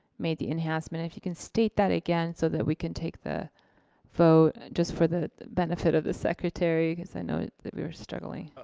made the enhancement. if you could state that again, so that we can take the vote, just for the benefit of the secretary. cause i know that we were struggling.